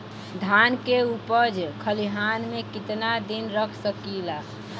धान के उपज खलिहान मे कितना दिन रख सकि ला?